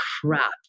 crap